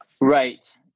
Right